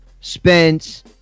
Spence